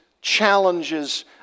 challenges